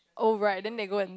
oh right then they go and